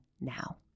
now